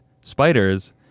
spiders